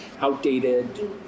outdated